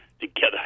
together